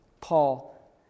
Paul